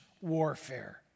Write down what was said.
warfare